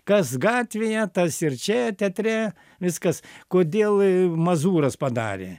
kas gatvėje tas ir čia teatre viskas kodėl mazūras padarė